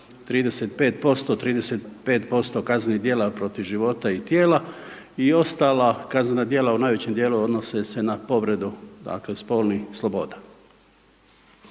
35%, 35% kaznenih djela protiv života i tijela i ostala kaznena djela u najvećem dijelu odnose se na povredu, dakle spolnih sloboda.